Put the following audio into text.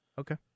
okay